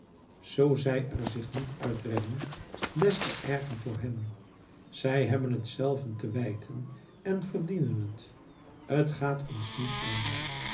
zoo zij er zich niet uitredden des te erger voor hen zij hebben t zich zelven te wijten en verdienen het t gaat ons niet aan